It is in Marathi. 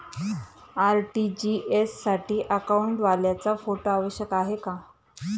आर.टी.जी.एस साठी अकाउंटवाल्याचा फोटो आवश्यक आहे का?